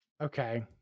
Okay